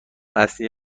اصلی